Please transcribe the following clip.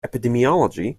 epidemiology